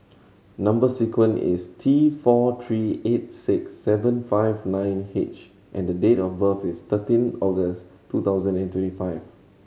number sequence is T four three eight six seven five nine H and the date of birth is thirteen August two thousand and twenty five